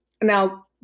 now